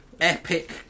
epic